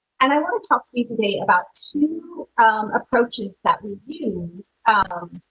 and i want to talk to you today about two um approaches that we use.